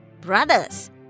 Brothers